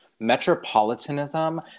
Metropolitanism